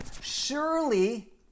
surely